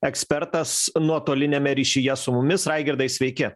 ekspertas nuotoliniame ryšyje su mumis raigardai sveiki